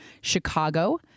Chicago